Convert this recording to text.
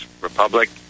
Republic